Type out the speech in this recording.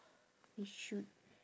you should